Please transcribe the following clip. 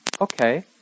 okay